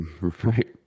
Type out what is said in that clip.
Right